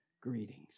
greetings